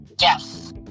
yes